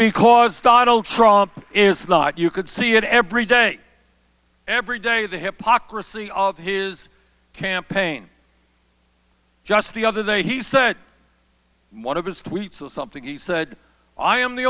because donald trump is not you could see it every day every day the hypocrisy of his campaign just the other day he said one of his tweets something he said i am the